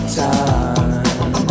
time